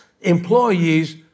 employees